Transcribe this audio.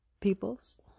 peoples